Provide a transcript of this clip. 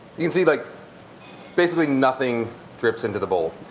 you can see like basically nothing drips into the bowl.